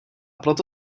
proto